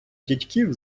дядьків